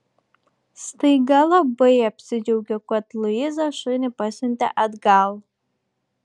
staiga labai apsidžiaugiau kad luiza šunį pasiuntė atgal